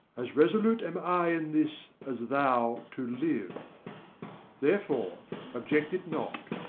as resolute am i in this as thou to live therefore object it not.